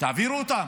תעבירו אותם.